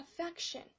affection